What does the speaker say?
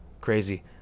crazy